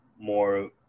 more